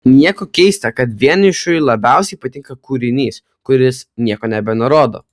nieko keista kad vienišiui labiausiai patinka kūrinys kuris nieko nebenurodo